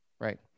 right